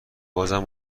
بازم